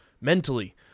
mentally